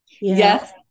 yes